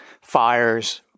fires